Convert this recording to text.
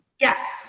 Yes